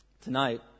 tonight